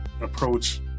approach